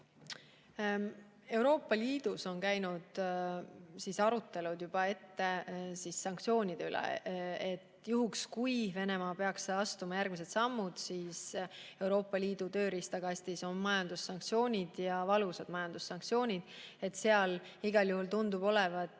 Euroopa Liidus on käinud juba ette arutelud sanktsioonide üle. Juhuks, kui Venemaa peaks astuma järgmised sammud, siis Euroopa Liidu tööriistakastis on majandussanktsioonid ja valusad majandussanktsioonid. Igal juhul tundub olevat